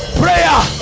prayer